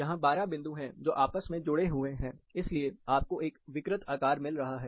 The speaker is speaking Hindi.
यहां 12 बिंदु है जो आपस में जुड़े हुए हैं इसलिए आपको एक विकृत आकार मिल रहा है